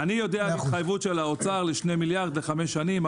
אני יודע על התחייבות של האוצר לשני מיליארד לחמש שנים,